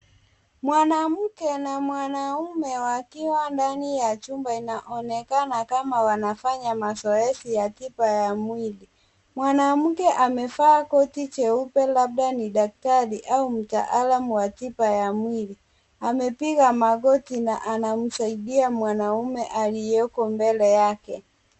Mwanamke na mwanamume wakiwa ndani ya chumba na inaonekana kama wanafanya mazoezi ya tiba ya mwili. Mwanamke amevaa koti jeupe labda ni daktari au mtaalam wa tiba ya mwili. Amepiga magoti na anamsaidia mwanaume alioko mbele yake.